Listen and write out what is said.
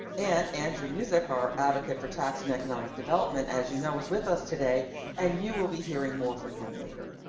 and andrew musick, our advocate for tax in economic development, as you know, is with us today and you will be hearing more from him later.